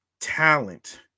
talent